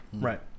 right